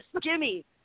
Jimmy